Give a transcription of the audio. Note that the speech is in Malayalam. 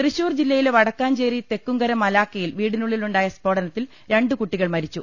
തൃശൂർ ജില്ലയിലെ വടക്കാഞ്ചേരി തെക്കുംകര മലാക്കയിൽ വീടിനുളളിൽ ഉണ്ടായ സ്ഫോടനത്തിൽ രണ്ട് കുട്ടികൾ മരിച്ചു